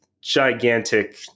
gigantic